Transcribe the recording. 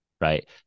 right